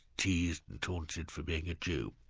teased and tortured for being a jew.